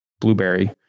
blueberry